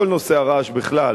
בכל נושא הרעש בכלל